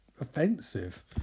offensive